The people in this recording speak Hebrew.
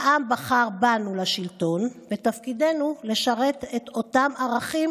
העם בחר בנו לשלטון ותפקידנו לשרת את אותם ערכים